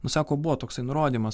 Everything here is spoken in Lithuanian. nu sako buvo toksai nurodymas